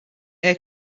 air